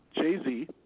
Jay-Z